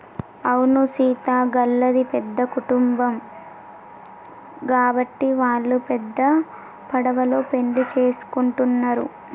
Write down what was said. అవును సీత గళ్ళది పెద్ద కుటుంబం గాబట్టి వాల్లు పెద్ద పడవలో పెండ్లి సేసుకుంటున్నరు